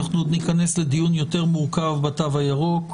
אנחנו עוד ניכנס לדיון יותר מורכב בתו הירוק.